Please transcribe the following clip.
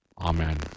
Amen